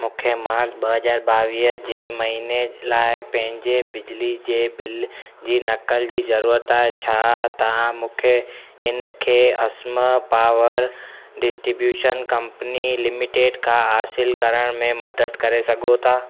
मूंखे मार्च ॿ हज़ार ॿावीह जे महिने लाइ पंहिंजे बिजली जे बिल जी नकल जी ज़रूरत आहे छा तव्हां मूंखे इन खे Asima power distribution company limited खां हासिलु करण में मदद करे सघो था